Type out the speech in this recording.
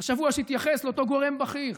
השבוע שהתייחס לאותו גורם בכיר: